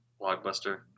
Blockbuster